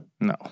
No